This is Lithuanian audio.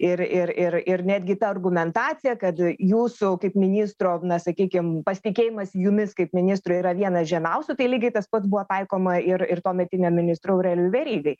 ir ir ir ir netgi ta argumentacija kad jūsų kaip ministro na sakykim pasitikėjimas jumis kaip ministru yra vienas žemiausių tai lygiai tas pat buvo taikoma ir ir tuometiniam ministrui aurelijui verygai